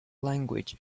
language